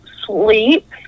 sleep